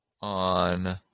on